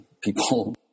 people